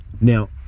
now